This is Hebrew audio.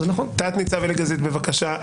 תת-ניצב אלי גזית, בבקשה.